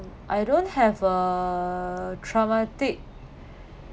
I don't have a traumatic